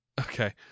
Okay